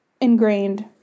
ingrained